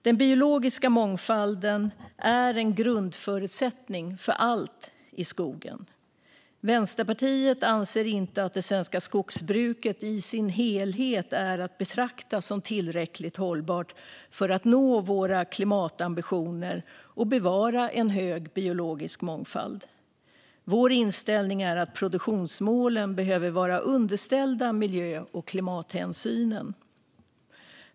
Den biologiska mångfalden är en grundförutsättning för allt i skogen. Vänsterpartiet anser inte att det svenska skogsbruket i sin helhet är att betrakta som tillräckligt hållbart för att vi ska kunna nå våra klimatambitioner och bevara en hög biologisk mångfald. Vår inställning är att produktionsmålen behöver vara underställda miljö och klimathänsynen.